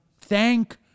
thank